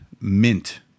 mint